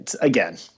again